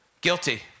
guilty